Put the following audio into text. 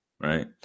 Right